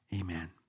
amen